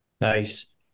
Nice